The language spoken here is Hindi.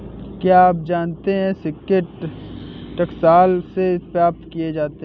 क्या आप जानते है सिक्के टकसाल से प्राप्त किए जाते हैं